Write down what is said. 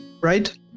right